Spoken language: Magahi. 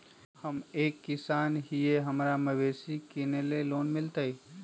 हम एक किसान हिए हमरा मवेसी किनैले लोन मिलतै?